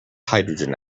hydrogen